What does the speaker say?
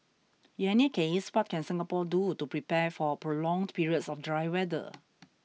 in any case what can Singapore do to prepare for prolonged periods of dry weather